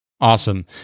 Awesome